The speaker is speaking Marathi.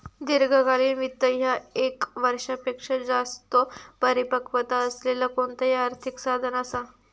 दीर्घकालीन वित्त ह्या ये क वर्षापेक्षो जास्त परिपक्वता असलेला कोणताही आर्थिक साधन असा